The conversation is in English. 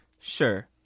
Sure